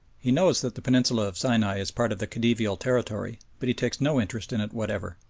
he knows that the peninsula of sinai is part of the khedivial territory, but he takes no interest in it whatever.